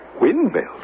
Windmills